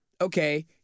Okay